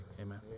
amen